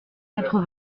quatre